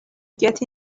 get